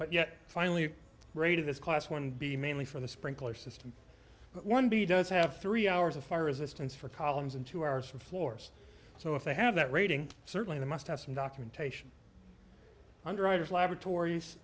but yet finally grade of this class one b mainly for the sprinkler system one b does have three hours of fire resistance for columns and two hours for floors so if they have that rating certainly they must have some documentation underwriter's laboratories